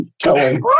telling